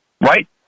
right